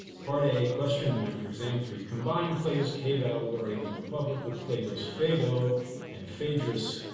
part a question one for exam three. combine plato's cave allegory in the republic with plato's phaedo and phaedrus.